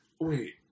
Wait